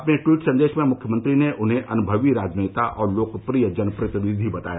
अपने टवीट संदेश में मुख्यमंत्री ने उन्हें अनुभवी राजनेता और लोकप्रिय जनप्रतिनिधि बताया